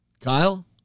Kyle